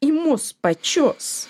į mus pačius